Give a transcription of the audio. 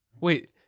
Wait